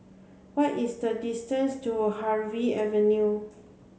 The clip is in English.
what is the distance to Harvey Avenue